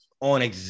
on